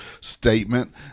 statement